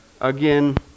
Again